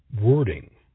wording